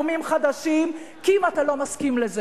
חבר הכנסת ציון פיניאן, נא לצאת.